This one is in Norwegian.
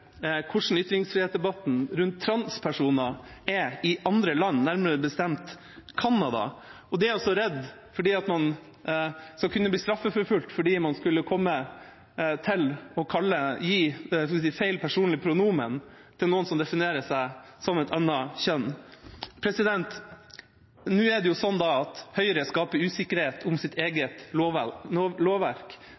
hvordan ytringsfrihetsdebatten rundt transpersoner er i andre land, nærmere bestemt Canada. De er redde for at man kan bli straffeforfulgt om man kunne komme til å bruke feil personlig pronomen overfor noen som definerer seg som et annet kjønn. Høyre skaper usikkerhet om sitt eget lovverk, det vi faktisk vedtar i dag. Er det slik at